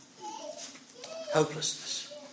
Hopelessness